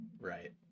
Right